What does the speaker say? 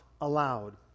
allowed